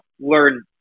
learn